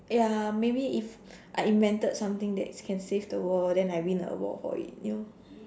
ya maybe if I invented something that can save the world then I win a award for it you know